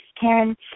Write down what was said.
Karen